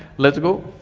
let's go.